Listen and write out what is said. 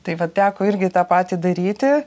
tai va teko irgi tą patį daryti